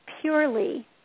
purely